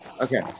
okay